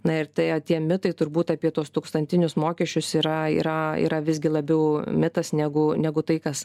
na ir tai tie mitai turbūt apie tuos tūkstantinius mokesčius yra yra yra visgi labiau mitas negu negu tai kas